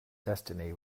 destiny